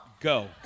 go